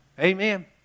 Amen